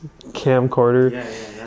camcorder